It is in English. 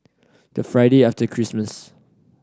the Friday after Christmas